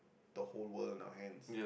the whole world in our hands